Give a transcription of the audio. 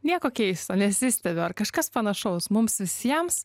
nieko keisto nesistebiu ar kažkas panašaus mums visiems